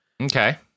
Okay